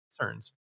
concerns